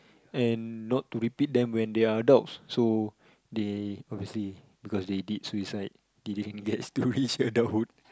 and not to repeat them when they are adults so they obviously because they did suicide they didn't get to risk adulthood